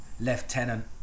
lieutenant